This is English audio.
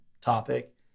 topic